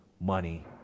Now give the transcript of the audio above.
money